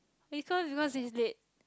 because because is dead